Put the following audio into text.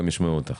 גם ישמעו אותך.